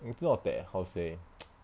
it's not that how to say